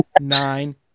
nine